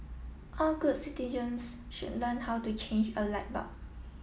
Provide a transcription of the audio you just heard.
all good citizens should learn how to change a light bulb